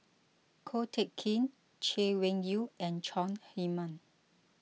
Ko Teck Kin Chay Weng Yew and Chong Heman